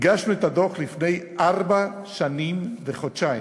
הגשנו את הדוח לפני ארבע שנים וחודשיים,